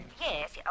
Yes